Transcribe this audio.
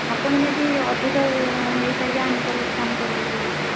ଆପଣ ଯଦି ଅଧିକ ନେଇ ପାରିବେ ଆମେ ତାହେଲେ କମ୍ କରିବୁ ରେଟ୍ ଟିକିଏ